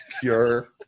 Pure